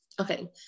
okay